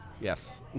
Yes